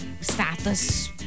Status